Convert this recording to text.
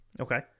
Okay